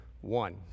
One